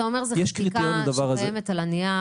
אתה אומר שזו חקיקה שקיימת על הנייר,